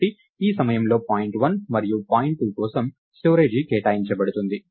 కాబట్టి ఈ సమయంలో పాయింట్ 1 మరియు పాయింట్ 2 కోసం స్టోరేజ్నిల్వ కేటాయించబడుతుంది